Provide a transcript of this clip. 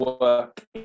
work